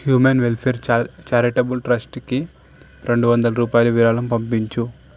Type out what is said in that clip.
human welfare charitable ట్రస్ట్కి రెండు వందల రూపాయలు విరాళం పంపించు